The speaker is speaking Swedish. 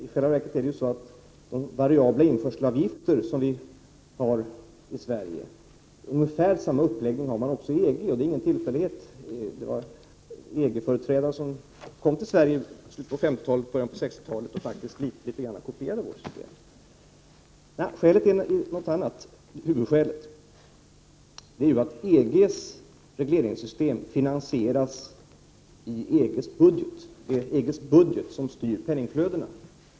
I själva verket är det så när det gäller de variabla införselavgifter som vi har i Sverige att man har motsvarande avgifter i EG med ungefär samma uppläggning. Det är ingen tillfällighet — EG-företrädare kom till Sverige på 1950-talet och början på 1960-talet och faktiskt så gott som kopierade vårt system. Huvudskälet är ett annat, nämligen att EG:s regleringssystem finansieras i EG:s budget. EG:s budget styr penningflödena.